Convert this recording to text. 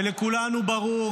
ולכולנו ברור,